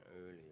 earlier